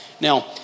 Now